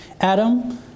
Adam